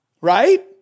right